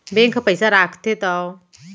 bank ह पइसा राखथे त ओकरो बड़ नियम धरम रथे